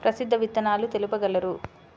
ప్రసిద్ధ విత్తనాలు తెలుపగలరు?